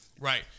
Right